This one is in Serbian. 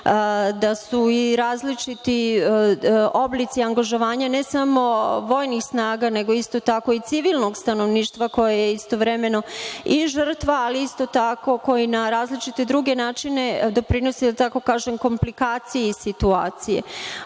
da su i različiti oblici angažovanja ne samo vojnih snaga, nego isto tako i civilnog stanovništva koje je istovremeno i žrtva, ali isto tako koji na različite druge načine doprinosi, da tako kažem, komplikaciji situacije. Ali,